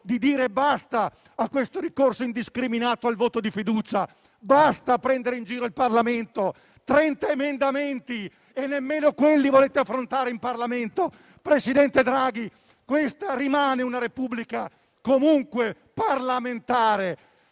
di dire basta a questo ricorso indiscriminato al voto di fiducia. Basta prendere in giro il Parlamento! Erano 30 emendamenti e nemmeno quelli avete voluto affrontare in Parlamento! Presidente Draghi, questa rimane comunque una Repubblica parlamentare.